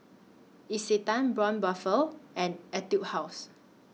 Isetan Braun Buffel and Etude House